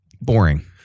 boring